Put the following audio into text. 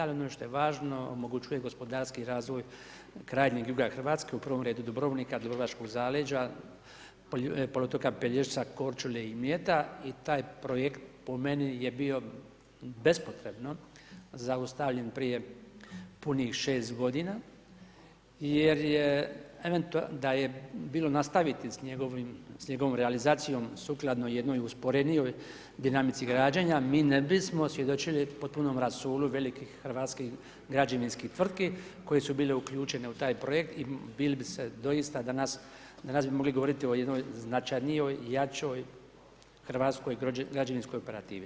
Ali ono što je važno, omogućuje gospodarski razvoj krajnjeg juga Hrvatske, u prvom redu Dubrovnika, dubrovačkog zaleđa, poluotoka Pelješca, Korčule i Mljeta i taj projekt po meni je bio bespotrebno zaustavljen prije punih 6 godina, jer je da je bilo nastaviti s njegovom realizacijom sukladno jednoj usporenijoj dinamici građenja mi ne bismo svjedočili potpunom rasulu velikih hrvatskih građevinskih tvrtki koje su bile uključene u taj projekt i bili bi se doista danas, danas bismo mogli govoriti o jednoj značajnijoj, jačoj hrvatskoj građevinskoj operativi.